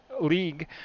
league